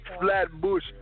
Flatbush